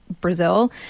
Brazil